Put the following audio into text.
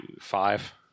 Five